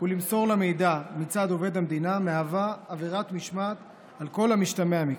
ולמסור לה מידע מצד עובד המדינה מהווה עבירת משמעת על כל המשתמע מכך.